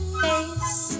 face